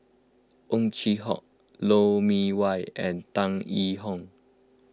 Ow Chin Hock Lou Mee Wah and Tan Yee Hong